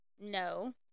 no